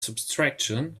subtraction